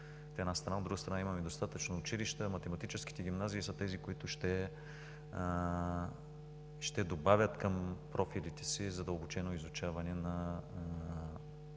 от една страна. От друга страна, имаме достатъчно училища. Математическите гимназии са тези, които ще добавят към профилите си задълбочено изучаване на